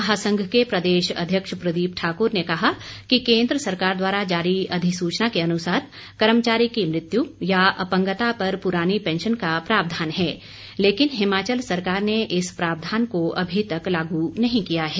महासंघ के प्रदेश अध्यक्ष प्रदीप ठाकुर ने कहा कि केन्द्र सरकार द्वारा जारी अधिसूचना के अनुसार कर्मचारी की मृत्यु या अपंगता पर पुरानी पेंशन का प्रावधान है लेकिन हिमाचल सरकार ने इस प्रावधान को अभी तक लागू नहीं किया है